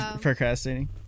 procrastinating